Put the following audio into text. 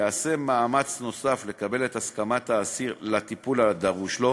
ייעשה מאמץ נוסף לקבל את הסכמת האסיר לטיפול הדרוש לו,